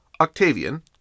Octavian